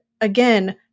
again